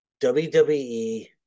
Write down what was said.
WWE